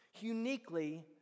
uniquely